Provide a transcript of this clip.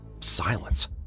silence